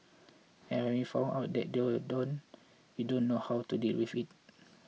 and when we found out they don't we don't know how to deal with it